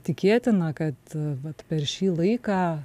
tikėtina kad vat per šį laiką